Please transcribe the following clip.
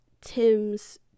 tim's